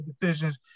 decisions